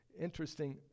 interesting